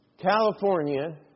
California